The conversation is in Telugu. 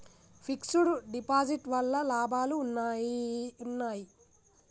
ఫిక్స్ డ్ డిపాజిట్ వల్ల లాభాలు ఉన్నాయి?